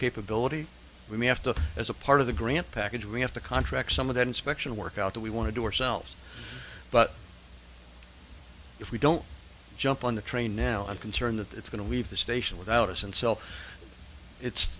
capability we may have to as a part of the grant package we have to contract some of that inspection work out that we want to do ourselves but if we don't jump on the train now and concern that it's going to leave the station without us and sell it's